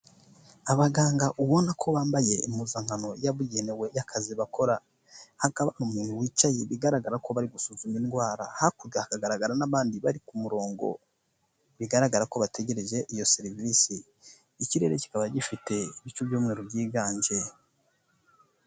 Abaganga ubona ko bambaye impuzankano yabugenewe y'akazi bakora, hakaba hari umuntu wicaye bigaragara ko bari gusuzuma indwara, hakurya hagaragara n'abandi bari ku murongo, bigaragara ko bategereje iyo serivisi, ikirere kikaba gifite ibicu by'umweru byiganje.